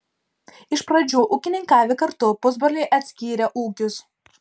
iš pradžių ūkininkavę kartu pusbroliai atskyrė ūkius